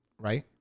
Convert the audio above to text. Right